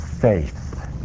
faith